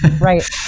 Right